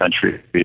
country